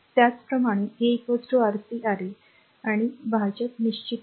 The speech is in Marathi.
त्याचप्रमाणे a Rc Ra आणि भाजक निश्चित आहे